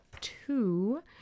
two